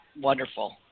wonderful